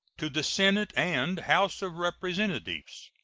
to the senate and house of representatives